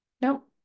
Nope